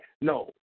No